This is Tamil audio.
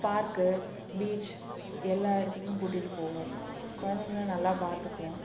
பார்க்கு பீச் எல்லா இடத்துக்கும் கூட்டிகிட்டு போவோம் குழந்தைங்கள நல்லா பார்த்துக்குவோம்